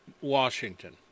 Washington